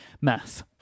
math